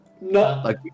No